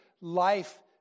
life